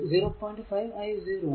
5 i 0 ആണ്